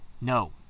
No